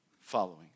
following